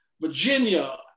Virginia